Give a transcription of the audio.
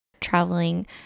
traveling